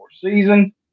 season